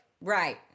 right